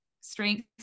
strengths